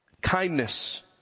kindness